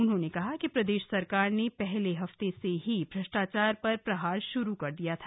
उन्होंने कहा कि प्रदेश सरकार ने पहले हफ्ते से ही भ्रष्टाचार पर प्रहार श्रू कर दिया था